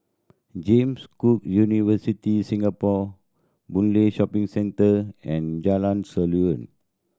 James Cook University Singapore Boon Lay Shopping Centre and Jalan Seruling